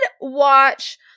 watch